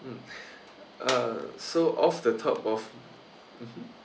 mm uh so off the top of mmhmm